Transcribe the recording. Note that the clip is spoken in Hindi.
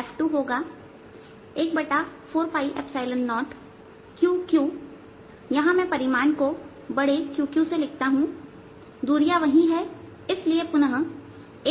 F2 होगा 140 Qqa2y232 यहां में परिमाण को बड़े Q q से लिखता हूंदूरियां वही है इसलिए पुनः